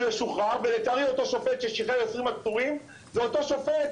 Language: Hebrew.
ישוחרר ולצערי אותו שופט ששחרר 20 עצורים זה אותו שופט